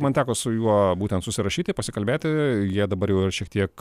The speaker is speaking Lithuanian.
man teko su juo būtent susirašyti pasikalbėti jie dabar jau yra šiek tiek